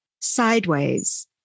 sideways